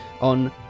on